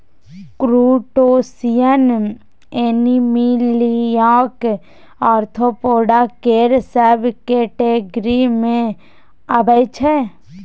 crustacean एनीमिलियाक arthropoda केर सब केटेगिरी मे अबै छै